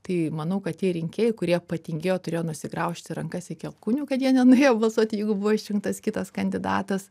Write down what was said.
tai manau kad tie rinkėjai kurie patingėjo turėjo nusigraužti rankas iki alkūnių kad jie nenorėjo balsuoti jeigu buvo išrinktas kitas kandidatas